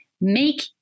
make